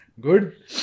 Good